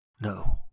No